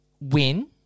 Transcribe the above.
win